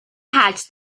hatch